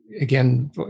Again